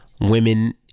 women